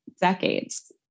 decades